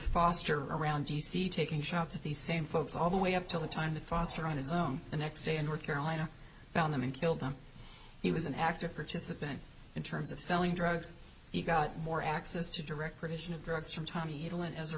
foster around d c taking shots of these same folks all the way up till the time to foster on his own the next day in north carolina found them and killed them he was an active participant in terms of selling drugs he got more access to direct provision of drugs from tom udall and as a